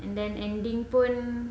and then ending pun